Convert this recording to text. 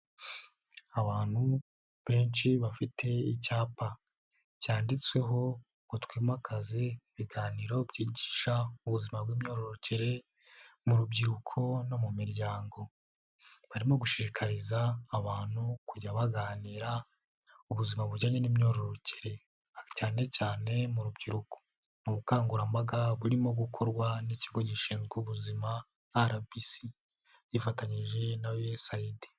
Abantu benshi bafite icyapa cyanditsweho ngo twimakaze ibiganiro byigisha buzima bw'imyororokere mu rubyiruko no mu miryango, barimo gushishikariza abantu kujya baganira ubuzima bujyanye n'imyororokere, cyane cyane mu rubyiruko ni ubukangurambaga burimo gukorwa n'ikigo gishinzwe ubuzima RBC gifatanyije na USAID.